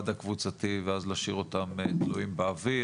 הקבוצתית ואז להשאיר אותם תלויים באוויר,